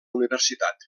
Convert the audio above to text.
universitat